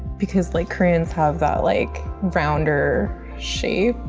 because like koreans have that, like, rounder shape.